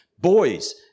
Boys